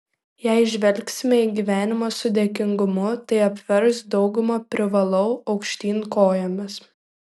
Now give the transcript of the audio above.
jei žvelgsime į gyvenimą su dėkingumu tai apvers daugumą privalau aukštyn kojomis